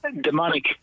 demonic